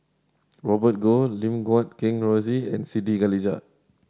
Robert Goh Lim Guat Kheng Rosie and Siti Khalijah